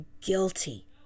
guilty